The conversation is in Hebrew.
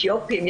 אתיופים.